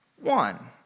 one